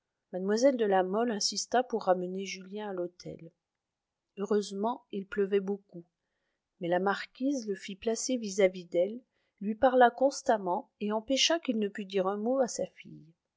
mlle de la mole insista pour ramener julien à l'hôtel heureusement il pleuvait beaucoup mais la marquise le fit placer vis-à-vis d'elle lui parla constamment et empêcha qu'il ne pût dire un mot à sa fille